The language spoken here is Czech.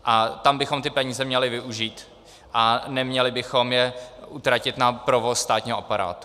A tam bychom ty peníze měli využít a neměli bychom je utratit na provoz státního aparátu.